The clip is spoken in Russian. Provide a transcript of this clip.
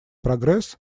прогресс